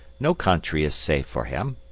no country is safe for him.